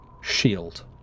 shield